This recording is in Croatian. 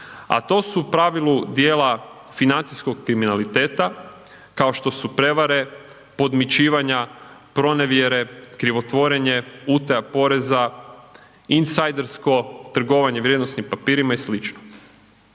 a to su u pravi dijela financijskog kriminaliteta, kao što su prevare, podmićivanja, pronevjere, krivotvorenje, utaja poreza, insaidersko trgovanje vrijednosnim papirima i sl.